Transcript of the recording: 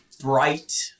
bright